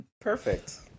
Perfect